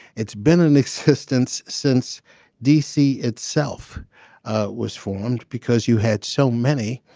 it's been in existence since d c. itself was formed because you had so many.